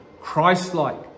Christ-like